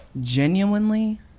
genuinely